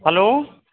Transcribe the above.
hello